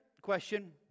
question